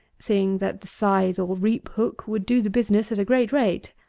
seeing that the scythe or reap-hook would do the business at a great rate.